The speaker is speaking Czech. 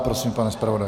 Prosím, pane zpravodaji.